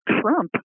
Trump